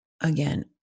again